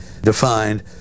defined